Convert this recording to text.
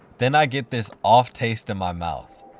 then i get this off taste in my mouth.